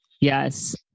Yes